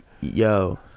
Yo